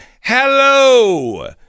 Hello